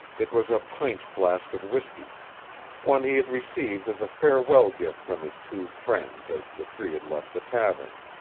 it was a pint flask of whisky one he had received as a farewell gift from his two friends as the three had left the tavern.